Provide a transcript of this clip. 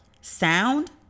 sound